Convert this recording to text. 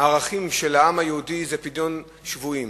הערכים של העם היהודי, זה פדיון שבויים,